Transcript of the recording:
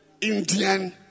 Indian